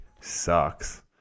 sucks